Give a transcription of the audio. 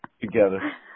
together